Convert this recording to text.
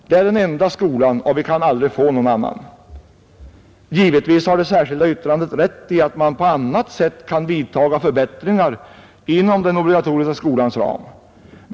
Det är den enda skolan, och vi kan aldrig få någon annan. Givetvis har det särskilda yttrandet rätt i att man på annat sätt kan vidtaga förbättringar inom den obligatoriska skolans ram.